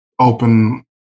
open